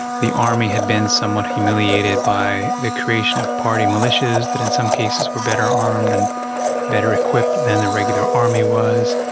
the army had been somewhat humiliated by the creation of party militias that in some cases were better armed and better equipped than the regular army was.